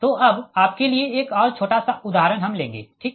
तो अब आपके लिए एक और छोटा सा उदाहरण हम लेंगे ठीक